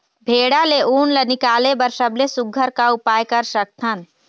भेड़ा ले उन ला निकाले बर सबले सुघ्घर का उपाय कर सकथन?